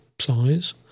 size